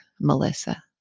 Melissa